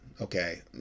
okay